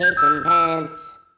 pants